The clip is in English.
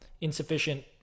insufficient